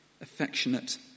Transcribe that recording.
affectionate